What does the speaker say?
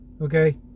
Okay